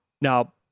Now